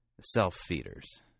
self-feeders